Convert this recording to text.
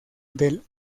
del